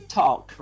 talk